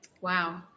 Wow